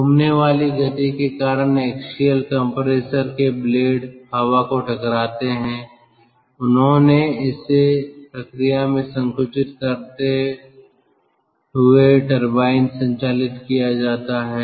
घूमने वाली गति के कारण एक्सियल कंप्रेसर के ब्लेड हवा को टकराते हैं उन्होंने इसे प्रक्रिया में संकुचित करते हुए टरबाइन संचालित किया जाता है